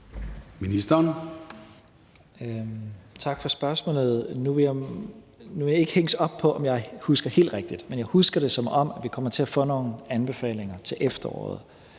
Tesfaye): Tak for spørgsmålet. Nu vil jeg ikke hænges op på, om jeg husker helt rigtigt, men jeg husker det, som om vi kommer til at få nogle anbefalinger til efteråret,